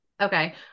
Okay